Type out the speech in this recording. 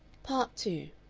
part two